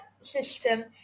system